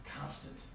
constant